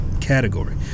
category